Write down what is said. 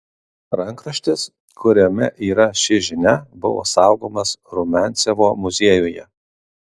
rankraštis kuriame yra ši žinia buvo saugomas rumiancevo muziejuje